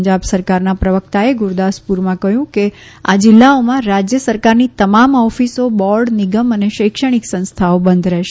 પંજાબ સરકારના પ્રવકતાએ ગુરૂદાસપુરમાં કહયું કે આ જીલ્લાઓમાં રાજય સરકારની તમામ ઓફીસો બોર્ડ નિગમ અને શૈક્ષણિક સંસ્થાઓ બંધ રહેશે